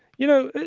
you know,